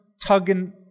tugging